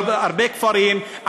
על הרבה כפרים,